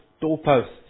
doorposts